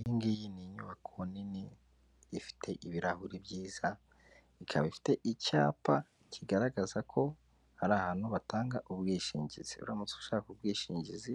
Iyi ngiyi ni inyubako nini ifite ibirahuri byiza, ikaba ifite icyapa kigaragaza ko ari ahantu batanga ubwishingizi, uramutse ushaka ubwishingizi